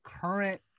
current